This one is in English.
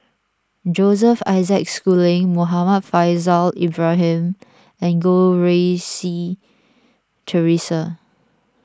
Joseph Isaac Schooling Muhammad Faishal Ibrahim and Goh Rui Si theresa